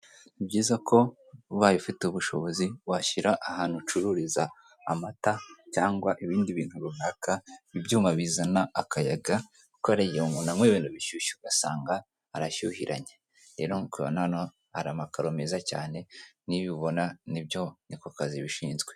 Ni byiza ko ubaye ufite ubushobozi washyira ahantu ucururiza amata cyangwa ibindi bintu runaka ibyuma bizana akayaga, kuko hari igihe umuntu anywa ibintu bishyushye ugasanga arashyuhiranye, rero nk'uko ubibona hano hari amakaro meza cyane, n'iyo ubona nibyo ako kazi bishinzwe.